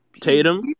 Tatum